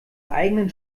eigenen